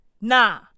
nah